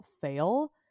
fail